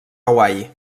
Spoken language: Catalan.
hawaii